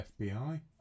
FBI